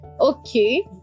okay